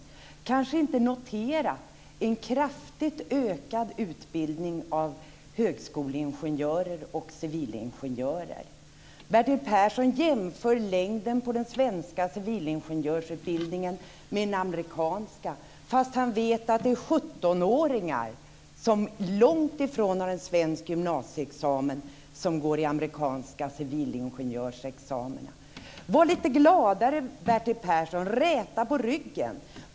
Han kanske inte har noterat en kraftigt ökad utbildning av högskoleingenjörer och civilingenjörer. Bertil Persson jämför längden på den svenska civilingenjörsutbildningen med den amerikanska, fast han vet att det är 17-åringar, som långtifrån har en svensk gymnasieexamen, som går i amerikansk civilingenjörsutbildning. Var lite gladare, Bertil Persson! Räta på ryggen!